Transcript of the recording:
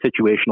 situational